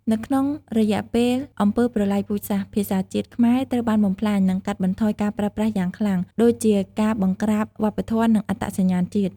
នៅក្នុងរយៈពេលអំពើប្រល័យពូជសាសន៍ ភាសាជាតិខ្មែរត្រូវបានបំផ្លាញ និងកាត់បន្ថយការប្រើប្រាស់យ៉ាងខ្លាំង ដូចជាការបង្ក្រាបវប្បធម៌និងអត្តសញ្ញាណជាតិ។